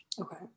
Okay